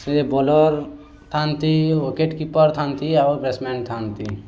ସେ ବୋଲର ଥାଆନ୍ତି wicket keeper ଥାଆନ୍ତି ଆଉ ବ୍ୟାଟ୍ସମେନ୍ ଥାଆନ୍ତି